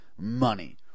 money